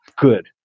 good